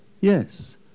Yes